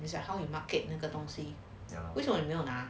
is like how you market 那个东西为什么你没有拿